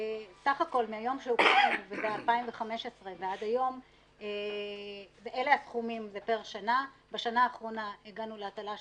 לבנות מוקד שאנחנו נעתיק אליו את הפעילות של מטה המתנדבים בצורה מסודרת,